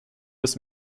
des